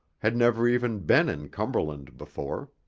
had never even been in cumberland before.